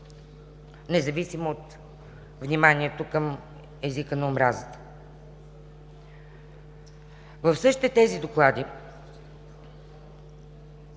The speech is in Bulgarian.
независимо от вниманието към езика на омразата. В същите тези доклади